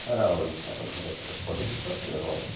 ସାରା ଓଡ଼ିଶାର ଘରେ ଘରେ ପରିଚିତ ଏବଂ